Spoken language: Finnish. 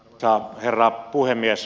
arvoisa herra puhemies